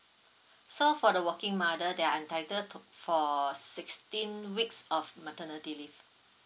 so for the working mother they're entitled to for sixteen weeks of maternity leave